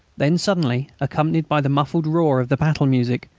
then suddenly, accompanied by the muffled roar of the battle music,